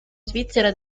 svizzera